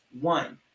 One